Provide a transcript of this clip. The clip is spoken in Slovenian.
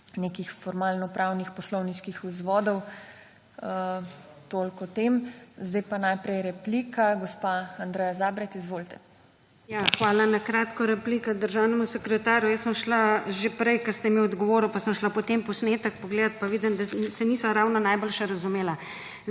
nekih formalnopravnih poslovniških vzvodov. Toliko o tem. Zdaj pa najprej replika, gospa Andreja Zabret. Izvolite. **ANDREJA ZABRET (PS LMŠ):** Ja, hvala. Na kratko replika državnemu sekretarju. Jaz sem šla že prej, ko ste mi odgovoril, pa sem šla potem posnetek pogledat, pa vidim, da se nisva ravno najboljše razumela.